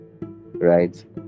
right